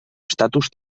estatus